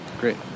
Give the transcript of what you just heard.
great